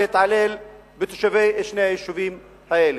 להתעלל בתושבי שני היישובים האלה.